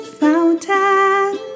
fountain